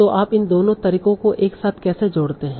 तो आप इन दोनों तरीकों को एक साथ कैसे जोड़ते हैं